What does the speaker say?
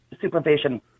supervision